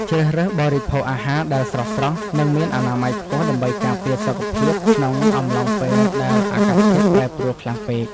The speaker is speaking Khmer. ជ្រើសរើសបរិភោគអាហារដែលស្រស់ៗនិងមានអនាម័យខ្ពស់ដើម្បីការពារសុខភាពក្នុងអំឡុងពេលដែលអាកាសធាតុប្រែប្រួលខ្លាំងពេក។